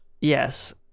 Yes